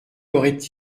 aurait